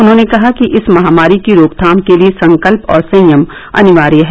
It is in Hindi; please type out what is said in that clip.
उन्होंने कहा कि इस महामारी की रोकथाम के लिए संकल्प और संयम अनिवार्य है